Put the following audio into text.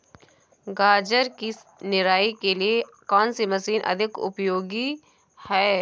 गाजर की निराई के लिए कौन सी मशीन अधिक उपयोगी है?